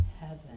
heaven